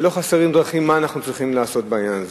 ולא חסרות דרכים מה אנחנו צריכים לעשות בעניין הזה.